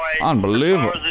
Unbelievable